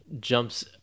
jumps